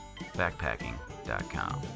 backpacking.com